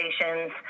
stations